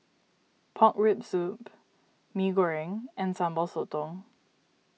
Pork Rib Soup Mee Goreng and Sambal Sotong